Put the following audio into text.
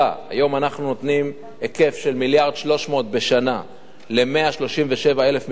היום אנחנו נותנים היקף של מיליארד ו-300 בשנה ל-137,000 משפחות.